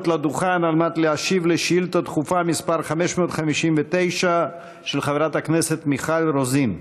לדוכן ולהשיב על שאילתה דחופה מס' 559 של חברת הכנסת מיכל רוזין.